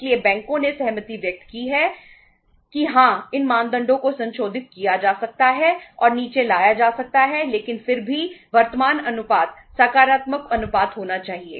इसलिए बैंकों ने सहमति व्यक्त की है कि हाँ इन मानदंडों को संशोधित किया जा सकता है और नीचे लाया जा सकता है लेकिन फिर भी वर्तमान अनुपात सकारात्मक अनुपात होना चाहिए